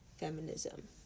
feminism